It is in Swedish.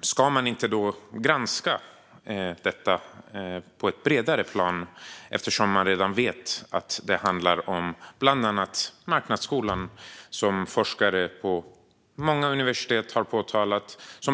ska man då inte granska detta på ett bredare plan? Man vet ju redan att det bland annat handlar om marknadsskolan, som forskare på många universitet har pekat ut.